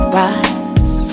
rise